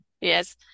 yes